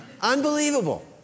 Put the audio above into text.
Unbelievable